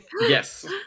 Yes